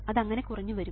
അത് അങ്ങനെ കുറഞ്ഞു വരും